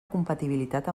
compatibilitat